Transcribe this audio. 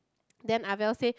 then Ah Miao say